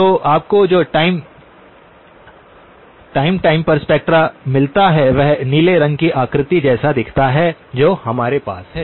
तो आपको जो टाइम टाइम पर स्पेक्ट्रा मिलता है वह इस नीले रंग की आकृति जैसा दिखता है जो हमारे पास है